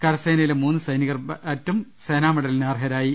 കരസേനയിലെ മൂന്നു സൈനികർ ബാറ്റും സേനാമെഡലിന് അർഹ രായി